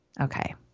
okay